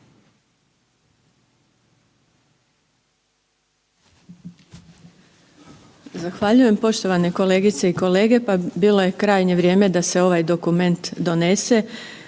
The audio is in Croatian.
Zahvaljujem poštovane kolegice pa bilo je krajnje vrijeme da se ovaj dokument donese.